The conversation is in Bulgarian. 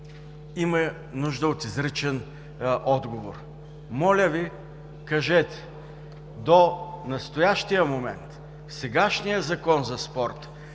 има нужда от изричен отговор. Моля Ви, кажете: до настоящия момент, сегашният Закон за спорта,